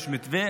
יש מתווה,